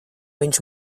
viņš